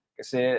kasi